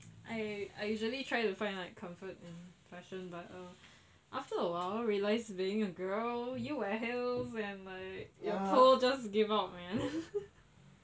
I I usually try to find like comfort in fashion but um after a while I realise being a girl you wear heels and like your toes just give up man